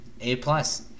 A-plus